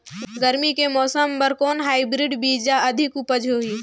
गरमी के मौसम बर कौन हाईब्रिड बीजा अधिक उपज होही?